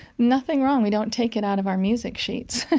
nothing wrong. we don't take it out of our music sheets.